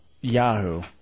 Yahoo